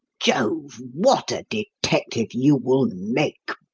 jove! what a detective you will make.